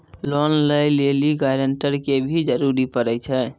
Loan लै लेली guarantor के भी जरूरी पड़ै छै?